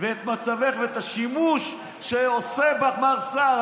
את מצבך ואת השימוש שעושה בך מר סער.